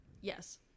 Yes